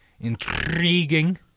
intriguing